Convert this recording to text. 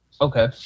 Okay